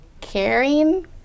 Caring